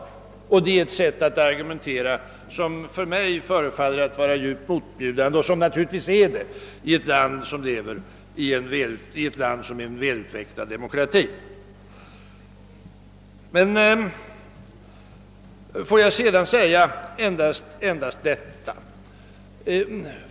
Det är ett sätt att argumentera som jag finner mycket motbjudande — och som naturligtvis också är det i ett land med en väl utvecklad demokrati.